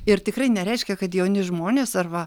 ir tikrai nereiškia kad jauni žmonės ar va